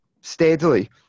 steadily